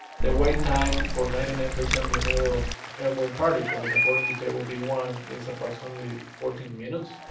the wait time for ninety nine percent removal of airborne particles, according to table b one, is approximately fourteen minutes.